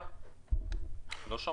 לגבי האנשים